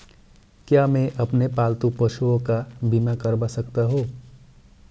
क्या मैं अपने पालतू पशुओं का बीमा करवा सकता हूं?